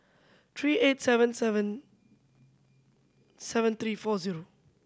three eight seven seven seven three four zero